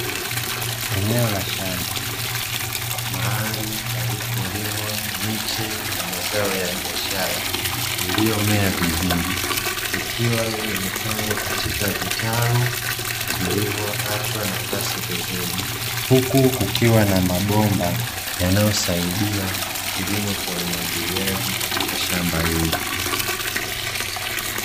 Eneo la shamba mahali palipo limwa miche ya mazao ya biashara, lililomea vizuri likiwa limepandwa katika vitalu vilivyoachwa nafasi vizuri, huku kukiwa na mabomba yanayosaidia kilimo cha umwagiliaji katika shamba ilo.